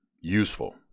useful